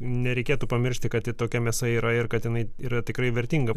nereikėtų pamiršti kad ir tokia mėsa yra ir kad jinai yra tikrai vertinga